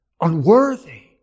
unworthy